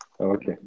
Okay